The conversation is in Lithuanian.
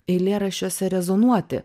eilėraščiuose rezonuoti